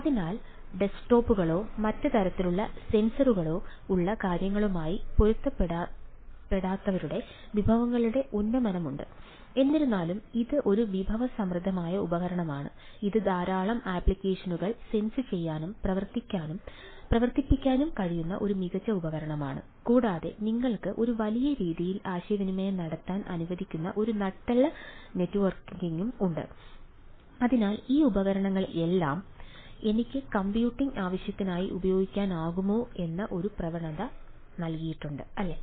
അതിനാൽ ഡെസ്ക്ടോപ്പിലോ ആവശ്യത്തിനായി ഉപയോഗിക്കാനാകുമോ എന്ന ഒരു പ്രവണത നൽകിയിട്ടുണ്ട് അല്ലേ